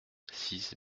six